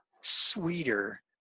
sweeter